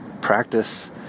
practice